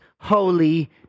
holy